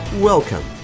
Welcome